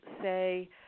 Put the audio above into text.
say